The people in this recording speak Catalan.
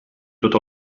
tot